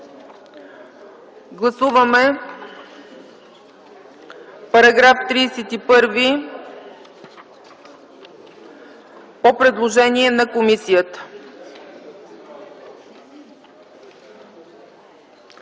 Гласуваме параграф 31 по предложение на комисията.